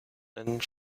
and